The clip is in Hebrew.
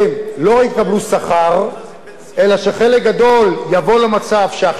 שכר אלא שחלק גדול יבוא למצב שההכשרה המקצועית,